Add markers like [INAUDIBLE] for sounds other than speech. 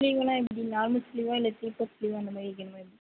sleeve எல்லாம் எப்படி long ஸ்லீவாக இல்லை [UNINTELLIGIBLE] ஸ்லீவ் அந்தமாதிரி வைக்கணுமா எப்படி